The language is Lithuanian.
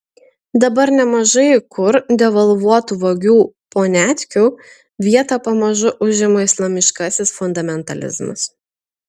dabar nemažai kur devalvuotų vagių poniatkių vietą pamažu užima islamiškasis fundamentalizmas